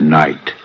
night